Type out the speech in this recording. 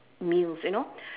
meals you know